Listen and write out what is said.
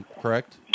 correct